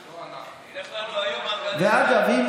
ואגב,